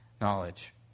knowledge